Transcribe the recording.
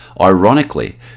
Ironically